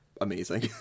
amazing